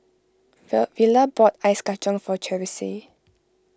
Vela bought Ice Kachang for Charisse